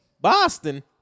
Boston